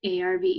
ARV